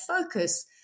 focus